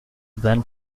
then